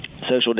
social